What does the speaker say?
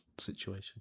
situation